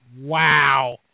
wow